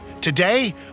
Today